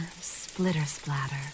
splitter-splatter